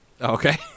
Okay